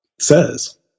says